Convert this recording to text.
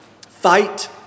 fight